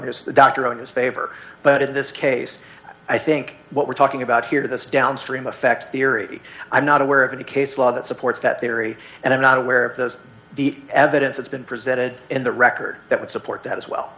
here's the doctor on his favor but in this case i think what we're talking about here this downstream effect theory i'm not aware of any case law that supports that they are very and i'm not aware of those the evidence that's been presented in the record that would support that as well